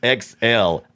XL